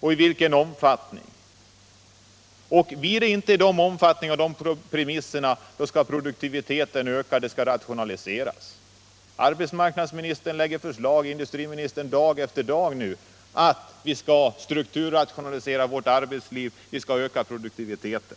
och i vilken omfattning! Sker inte nedläggningarna efter de premisser som arbetsköparna har ställt upp, då skall produktiviteten ökas och man skall rationalisera! Arbetsmarknadsministern och industriministern lägger fram förslag dag efter dag om att vi skall strukturrationalisera vårt arbetsliv och öka produktiviteten.